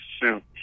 suit